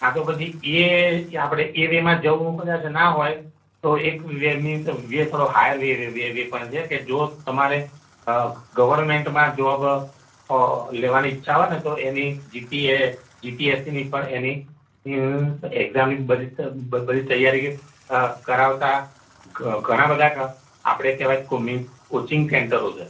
કાં તો પછી એ આપણેએ વેમાં જવું કદાચ ના હોય તો એક વેની મીન્સ વે થોડો હાયર વે વે પણ છે કે જો તમારે અ ગવર્મેન્ટમાં જોબ લેવાની ઈચ્છા હોયને તો એની G P S G P S સીની પણ એની મીન્સ એક્ઝામની બધી બધી તૈયારી કરા કરાવતા ઘ ઘણા બધા આપણે કહેવાય કે મીન્સ કોચિંગ સેન્ટરો છે